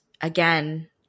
again